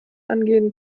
angehen